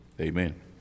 Amen